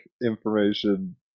information